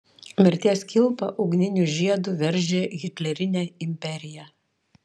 mirties kilpa ugniniu žiedu veržė hitlerinę imperiją